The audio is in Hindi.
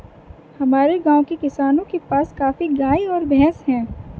हमारे गाँव के किसानों के पास काफी गायें और भैंस है